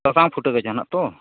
ᱥᱟᱥᱟᱝ ᱯᱷᱩᱴᱟᱹ ᱠᱟᱪᱷᱟ ᱱᱟᱜ ᱛᱚ